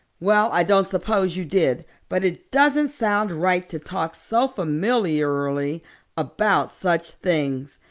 well i don't suppose you did but it doesn't sound right to talk so familiarly about such things.